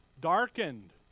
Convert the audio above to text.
Darkened